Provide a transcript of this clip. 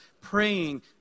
Praying